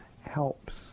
helps